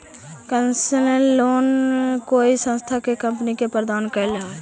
concessional loan कोई संस्था के कर्मी के प्रदान कैल जा हइ